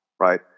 Right